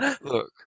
look